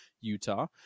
Utah